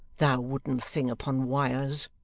thou wooden thing upon wires!